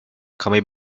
kami